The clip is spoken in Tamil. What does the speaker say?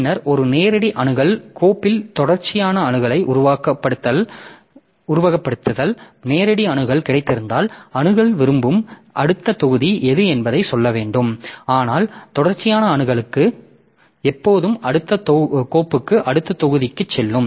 பின்னர் ஒரு நேரடி அணுகல் கோப்பில் தொடர்ச்சியான அணுகலை உருவகப்படுத்துதல் நேரடி அணுகல் கிடைத்திருந்தால் அணுக விரும்பும் அடுத்த தொகுதி எது என்பதை சொல்ல வேண்டும் ஆனால் தொடர்ச்சியான அணுகலுக்கு எப்போதும் அடுத்த கோப்புக்கு அடுத்த தொகுதிக்குச் செல்லும்